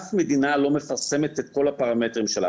אף מדינה לא מפרסמת את כל הפרמטרים שלה.